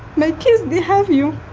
my kids, they have you.